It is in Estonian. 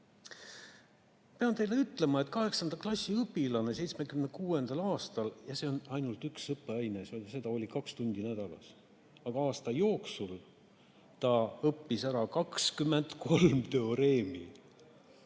Pean teile ütlema, et kaheksanda klassi õpilane 1976. aastal – see on ainult üks õppeaine, seda oli kaks tundi nädalas – õppis aasta jooksul ära 23 teoreemi.